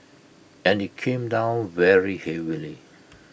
and IT came down very heavily